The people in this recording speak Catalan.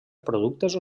productes